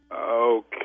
Okay